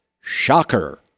Shocker